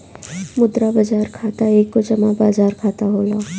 मुद्रा बाजार खाता एगो जमा बाजार खाता होला